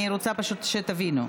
אני רוצה פשוט שתבינו.